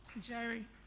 Jerry